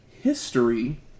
History